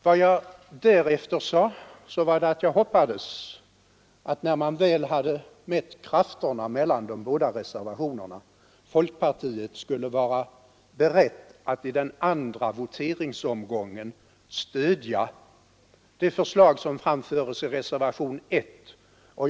Vad jag därefter sade var att jag hoppades, att när man väl hade mätt krafterna mellan de båda reservationerna, skulle folkpartiet vara berett att i den andra voteringsomgången stödja det förslag som framförs i reservationen 1.